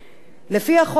לפי החוק הנ"ל,